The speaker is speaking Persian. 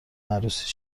عروسی